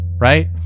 right